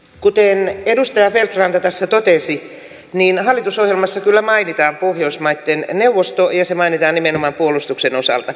kuten edustaja feldt ranta tässä totesi hallitusohjelmassa kyllä mainitaan pohjoismaitten neuvosto ja se mainitaan nimenomaan puolustuksen osalta